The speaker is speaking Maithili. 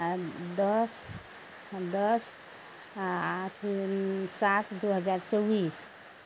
आ दस दस आ आठ एन्नी सात दू हजार चौबीस